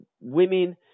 women